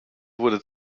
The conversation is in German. wurde